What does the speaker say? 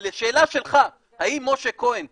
אבל לשאלה שלך, האם משה כהן נדבק,